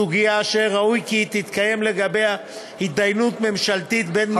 סוגיה אשר ראוי כי תתקיים לגביה התדיינות ממשלתית בין-משרדית,